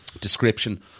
description